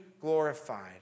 glorified